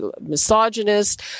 misogynist